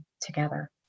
together